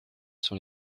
sont